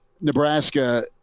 Nebraska